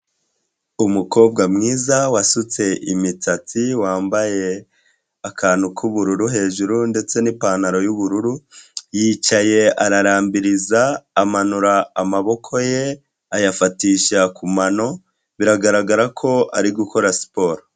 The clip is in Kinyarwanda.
Umukobwa mwiza wasutse imisatsi wambaye akantu k'ubururu hejuru ndetse n'ipantaro y'ubururu yicaye ararambiriza amanura amaboko ye, ayafatisha ku mano biragaragara ko ari gukora siporo.